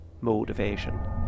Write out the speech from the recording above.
motivation